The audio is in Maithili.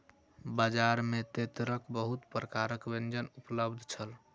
बजार में तेतैरक बहुत प्रकारक व्यंजन उपलब्ध छल